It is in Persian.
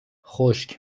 خشک